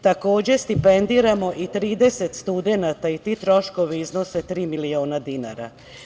Takođe, stipendiramo i 30 studenata i tri troškovi iznose tri milina dinara.